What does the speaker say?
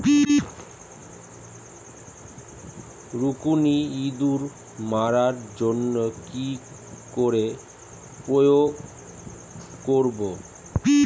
রুকুনি ইঁদুর মারার জন্য কি করে প্রয়োগ করব?